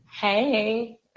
Hey